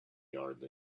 hardly